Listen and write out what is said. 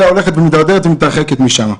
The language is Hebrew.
אלא הולכת ומתדרדרת ומתרחקת משם.